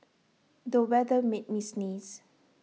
the weather made me sneeze